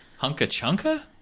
Hunkachunka